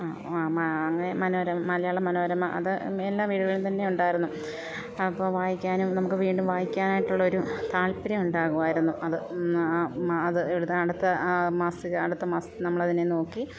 ആ അങ്ങനെ മനോരമ മലയാള മനോരമ അത് എല്ലാ വീടുകളിലുംതന്നെ ഉണ്ടായിരുന്നു അപ്പം വായിക്കാനും നമുക്ക് വീണ്ടും വായിക്കാനായിട്ടുള്ളൊരു താല്പര്യം ഉണ്ടാകുമായിരുന്നു അത് അത് എടുത്ത അടുത്ത അടുത്ത മാസത്തിൽ നമ്മളതിനെ നോക്കി